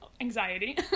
anxiety